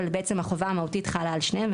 אבל בעצם החובה המהותית חלה על שניהם,